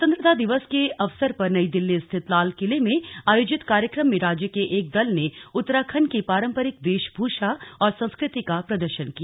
स्वतंत्रता दिवस के अवसर पर नई दिल्ली स्थित लाल किले में आयोजित कार्यक्रम में राज्य के एक दल ने उत्तराखण्ड की पारम्परिक वेशभूषा और संस्कृति का प्रदर्शन किया